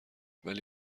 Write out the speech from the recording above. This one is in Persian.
ولی